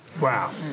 Wow